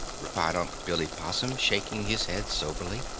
replied unc' billy possum, shaking his head soberly.